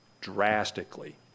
drastically